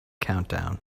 countdown